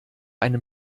einen